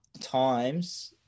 times –